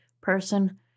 person